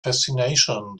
fascination